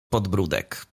podbródek